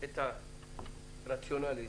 את הרציונל.